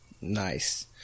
Nice